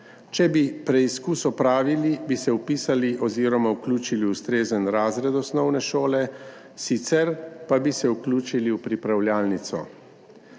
Če bi preizkus opravili, bi se vpisali oziroma vključili v ustrezen razred osnovne šole, sicer pa bi se vključili v pripravljalnico.